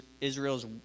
Israel's